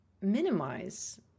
minimize